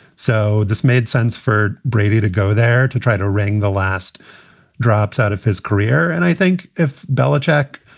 so this made sense for brady to go there to try to wring the last drops out of his career. and i think if belichick,